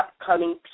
upcoming